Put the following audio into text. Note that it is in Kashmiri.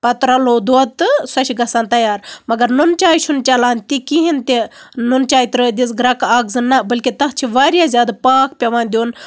پَتہٕ رَلوو دۄد تہٕ سۄ چھےٚ گژھان تَیار مَگر نُنہٕ چایہِ چھُنہٕ چلان تہِ کِہینۍ تہِ نُنہٕ چاے ترٲے دِژ گرٮ۪کہٕ اکھ زٕ نہ بٔلکہِ تَتھ چھُ واریاہ زیادٕ پاکھ پیوان دیُن